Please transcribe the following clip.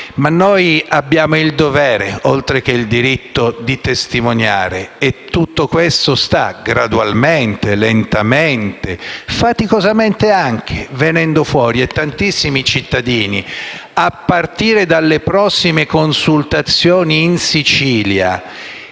Noi abbiamo però il dovere, oltre che il diritto, di testimoniare. Tutto questo sta gradualmente, lentamente e faticosamente venendo fuori e tantissimi cittadini, a partire dalle prossime consultazioni in Sicilia